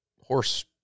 horse